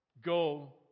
Go